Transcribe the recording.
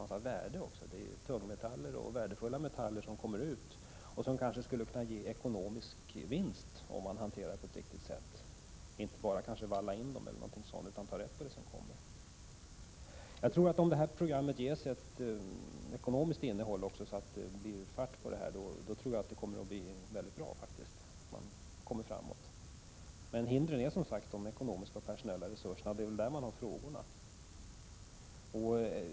Det är ju tungmetaller, värdefulla metaller som kommer ut och som kanske skulle kunna ge ekonomisk vinst, om de hanteras på ett riktigt sätt. Man skall kanske inte bara valla in det som kommer ut utan ta vara på det som är värdefullt. Om det här projektet ges ett ekonomiskt innehåll, tror jag faktiskt att det blir mycket bra och att man kommer framåt. Hindren är som sagt de ekonomiska och personella resurserna. Det är väl där som det finns frågetecken.